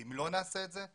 אם לא נעשה את זה,